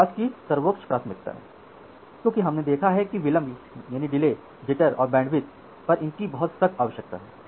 आवाज की सर्वोच्च प्राथमिकता है क्योंकि हमने देखा है कि विलंब जिटर और बैंडविड्थ पर इसकी बहुत सख्त आवश्यकता है